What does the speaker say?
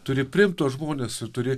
turi priimti tuos žmonės ir turi